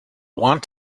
want